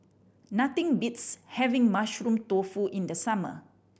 nothing beats having Mushroom Tofu in the summer